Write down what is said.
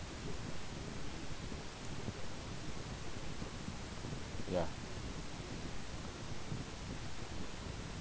ya